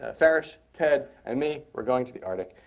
ah farish, ted, and me were going to the arctic.